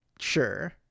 Sure